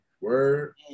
word